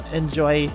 enjoy